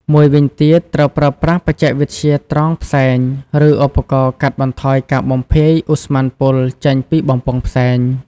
មួយវិញទៀត ត្រូវប្រើប្រាស់បច្ចេកវិទ្យាត្រងផ្សែង ឬឧបករណ៍កាត់បន្ថយការបំភាយឧស្ម័នពុលចេញពីបំពង់ផ្សែង។